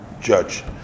judge